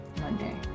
Monday